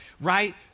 right